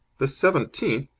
the seventeenth!